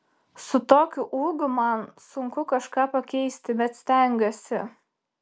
su tokiu ūgiu man sunku kažką pakeisti bet stengiuosi